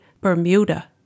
Bermuda